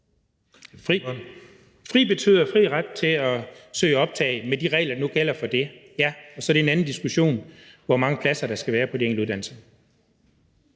»Fri« betyder fri ret til at søge optag med de regler, der nu gælder for det. Ja, og så er det en anden diskussion, hvor mange pladser der skal være på de enkelte uddannelser.